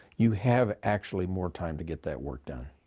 you have actually more time to get that work done.